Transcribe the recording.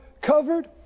covered